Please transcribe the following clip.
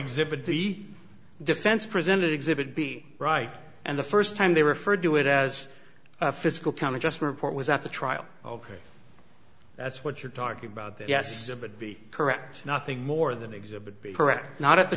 exhibit the defense presented exhibit b right and the first time they referred to it as a physical kind of just report was at the trial ok that's what you're talking about that yes but be correct nothing more than exhibit b correct not at the